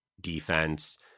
defense